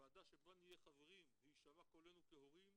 ועדה שבה נהיה חברים ויישמע קולנו כהורים,